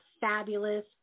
fabulous